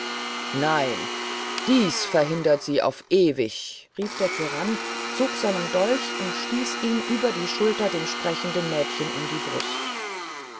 nein dies verhindert sie auf ewig rief der tyrann zog seinen dolch und stieß ihn über die schulter dem sprechenden mädchen in die brust